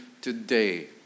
today